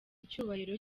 icyubahiro